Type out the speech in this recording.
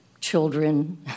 children